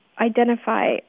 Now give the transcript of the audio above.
identify